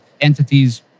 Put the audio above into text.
entities